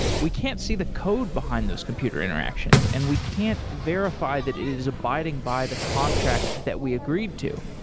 we can't see the code behind those computer interactions and we can't verify that it is abiding by the contract that we agreed to.